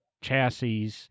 chassis